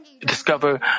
discover